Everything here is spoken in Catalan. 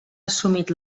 assumit